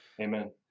Amen